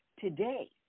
today